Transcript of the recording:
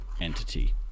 entity